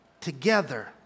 together